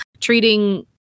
treating